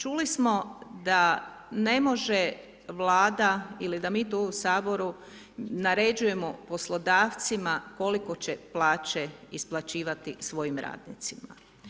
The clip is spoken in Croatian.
Čuli smo da ne može vlada ili da mi to u Saboru naređujemo poslodavcima, naređujemo kolike će plaće isplaćivati svojim radnicima.